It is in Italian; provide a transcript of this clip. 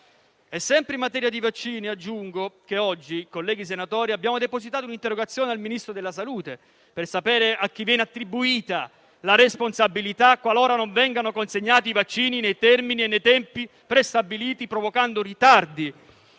Sempre in materia di vaccini, colleghi senatori, aggiungo che oggi abbiamo depositato un'interrogazione al Ministro della salute per sapere a chi verrà attribuita la responsabilità qualora non vengano consegnati i vaccini nei termini e nei tempi prestabiliti, provocando ritardi